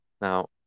Now